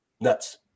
Nuts